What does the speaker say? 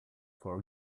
for